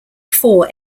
four